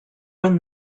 when